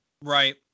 Right